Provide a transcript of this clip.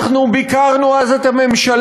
אנחנו ביקרנו אז את הממשלה,